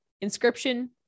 Inscription